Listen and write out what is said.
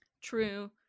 True